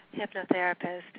hypnotherapist